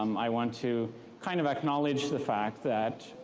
um i want to kind of acknowledge the fact that.